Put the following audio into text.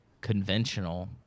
conventional